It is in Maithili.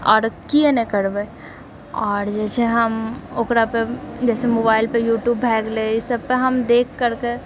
आओर किआ नहि करबै आओर जे छै हम ओकरापे जैसे मोबाइलपे यूट्यूब भै गेलय ईसभपे हम देख करिके